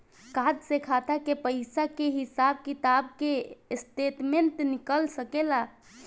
Card से खाता के पइसा के हिसाब किताब के स्टेटमेंट निकल सकेलऽ?